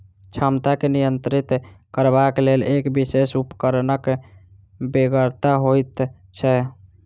क्षमता के नियंत्रित करबाक लेल एक विशेष उपकरणक बेगरता होइत छै